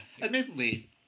Admittedly